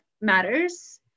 matters